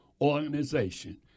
organization